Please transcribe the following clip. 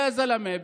יא זלמה,